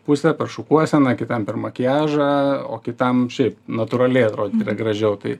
pusę šukuoseną kitam per makiažą o kitam šiaip natūraliai atrodyt yra gražiau tai